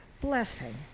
blessing